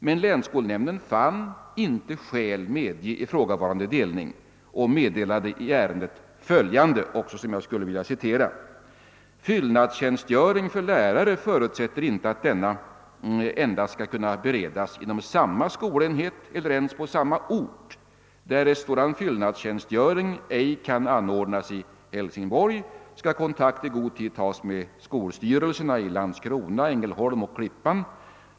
Men länsskolnämnden fann inte skäl medge ifrågavarande delning och meddelade i ärendet följande: >Fyllnadstjänstgöring för lärare förutsätter inte att denna endast skall kunna beredas inom samma skolenhet eller ens på samma ort. Därest sådan fyllnadstjänstgöring ej kan anordnas i Hälsingborg, skall kontakt i god tid tas med skolstyrelserna i Landskrona, Ängelholm eller Klippan.